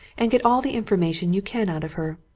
and get all the information you can out of her?